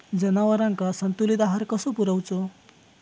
जनावरांका संतुलित आहार कसो पुरवायचो?